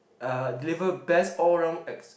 uh deliver best all round X~